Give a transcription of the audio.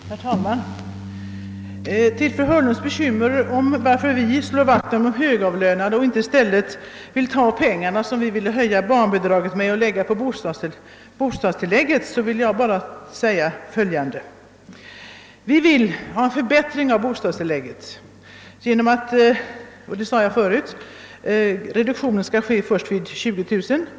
Herr talman! Först vill jag ta upp fru Hörnlunds bekymmer att vi skulle vilja slå vakt om de. högavlönade i stället för att lägga de pengar som vi vill höja barnbidraget med på bostadstillägget. Vi vill ha en förbättring av bostadstillägget genom att reduktionen — som jag tidigare sagt — skall ske först vid gränsen 20 000 kronor.